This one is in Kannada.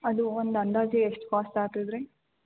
ಅದು ಒಂದು ಅಂದಾಜು ಎಷ್ಟು ಕಾಸ್ಟ್ ಆಗ್ತದ್ರಿ